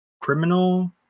criminal